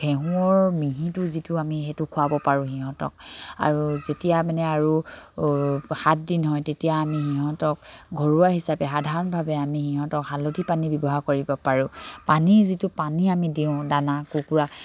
ঘেঁহুৰ মিহিটো যিটো আমি সেইটো খোৱাব পাৰোঁ সিহঁতক আৰু যেতিয়া মানে আৰু সাত দিন হয় তেতিয়া আমি সিহঁতক ঘৰুৱা হিচাপে সাধাৰণভাৱে আমি সিহঁতক হালধি পানী ব্যৱহাৰ কৰিব পাৰোঁ পানী যিটো পানী আমি দিওঁ দানা কুকুৰাক